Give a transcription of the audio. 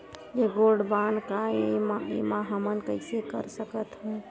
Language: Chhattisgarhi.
ये गोल्ड बांड काय ए एमा हमन कइसे कर सकत हव?